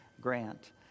Grant